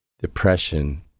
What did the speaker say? depression